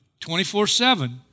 24-7